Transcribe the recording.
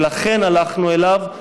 ולכן הלכנו אליו.